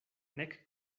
nek